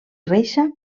reixa